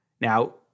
Now